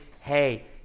Hey